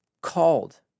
called